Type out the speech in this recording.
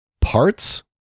parts